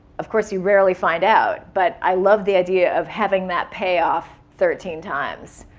of course, you rarely find out. but i love the idea of having that payoff thirteen times.